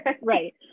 Right